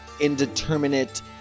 indeterminate